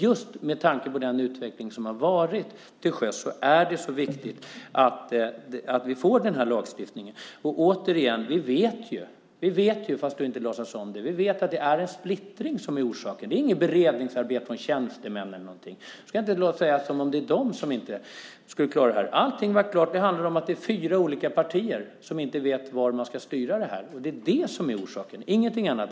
Just med tanke på den utveckling som har varit till sjöss är det viktigt att vi får denna lagstiftning. Vi vet ju - även om du inte låtsas om det - att det är en splittring som är orsaken. Det handlar inte om tjänstemännens beredningsarbete. Du får det att låta som att det är de som inte klarar detta. Allt handlar om att ni är fyra olika partier som inte vet vart detta ska styras. Det är orsaken, inget annat.